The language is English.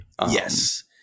Yes